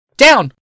Down